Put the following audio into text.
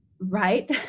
Right